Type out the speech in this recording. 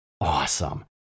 awesome